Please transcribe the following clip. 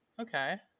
Okay